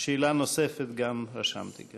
שאלה נוספת גם רשמתי.